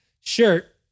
shirt